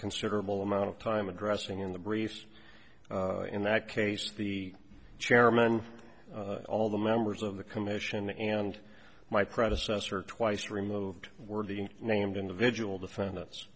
considerable amount of time addressing in the briefs in that case the chairman all the members of the commission and my predecessor twice removed were being named individual defendants